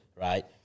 right